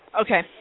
Okay